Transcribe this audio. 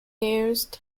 used